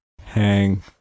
hang